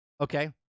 Okay